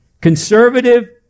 conservative